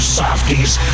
softies